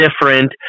different